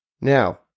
Now